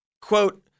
Quote